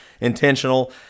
intentional